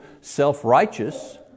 self-righteous